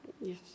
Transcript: Yes